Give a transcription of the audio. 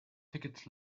tickets